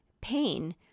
Pain